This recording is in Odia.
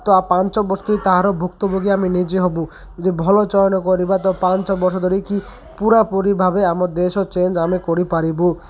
ତ ଆ ପାଞ୍ଚ ବର୍ଷ ତାହାର ଭୁକ୍ତଭୋଗୀ ଆମେ ନିଜେ ହବୁ ଯଦି ଭଲ ଚୟନ କରିବା ତ ପାଞ୍ଚ ବର୍ଷ ଧରିକି ପୁରାପୁରି ଭାବେ ଆମ ଦେଶ ଚେଞ୍ଜ ଆମେ କରିପାରିବୁ